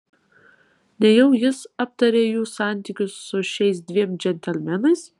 nejau jis aptarė jų santykius su šiais dviem džentelmenais